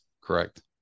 Correct